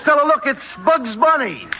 kind of look it's bugs bunny,